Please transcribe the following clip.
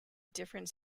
different